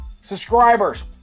subscribers